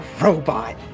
robot